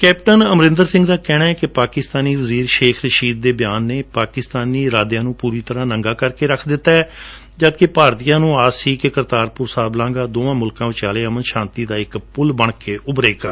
captain Amarinder Singh ਦਾ ਕਹਿਣੈ ਕਿ ਪਾਕਿਸਤਾਨੀ ਵਜੀਰ ਸ਼ੇਖ ਰਸ਼ੀਦ ਦੇ ਬਿਆਨ ਨੇ ਪਾਕਿਸਤਾਨੀ ਇਰਾਦਿਆਂ ਨੂੰ ਪੂਰੀ ਤਰ੍ਵਾਂ ਨੰਗਾ ਕਰਕੇ ਰੱਖ ਦਿੱਤੈ ਜਦਕਿ ਭਾਰਤੀਆਂ ਨੂੰ ਉਮੀਦ ਸੀ ਕਿ ਕਰਤਾਪੁਰ ਸਾਹਿਬ ਲਾਂਘਾ ਦੋਵਾਂ ਮੁਲਕਾਂ ਵਿਚਾਲੇ ਅਮਰ ਸ਼ਾਂਤੀ ਦਾ ਇੱਕ ਪੁਲ ਬਣ ਕੇ ਉਭਰੇਗਾ